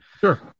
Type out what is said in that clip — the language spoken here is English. sure